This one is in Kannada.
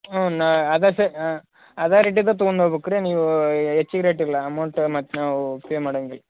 ಹ್ಞೂ ನಾ ಅದೆ ಅದೇ ರೇಟಿದ್ದು ತೊಗೊಂಡ್ ಹೋಗ್ಬೇಕು ರೀ ನೀವು ಹೆಚ್ಚಿಗ್ ರೇಟ್ ಇಲ್ಲ ಅಮೌಂಟ್ ಮತ್ತು ನಾವು ಪೇ ಮಾಡಂಗಿಲ್ಲ